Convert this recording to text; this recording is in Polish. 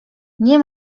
nie